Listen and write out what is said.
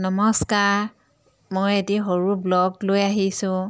নমস্কাৰ মই এটি সৰু ব্লগ লৈ আহিছোঁ